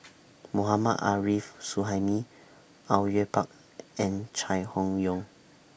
Mohammad Arif Suhaimi Au Yue Pak and Chai Hon Yoong